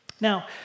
Now